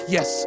Yes